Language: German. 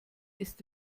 ist